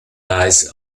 lies